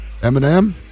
eminem